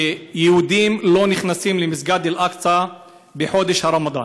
שיהודים לא נכנסים למסגד אל-אקצא בחודש הרמדאן.